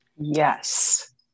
Yes